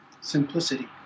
Simplicity